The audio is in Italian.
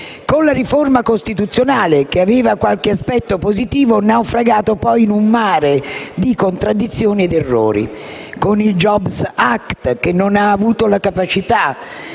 con la riforma costituzionale, che aveva qualche aspetto positivo, naufragato poi in un mare di contraddizioni ed errori; era successo con il *jobs act*, che non ha avuto la capacità